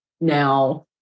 now